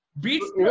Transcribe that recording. Beats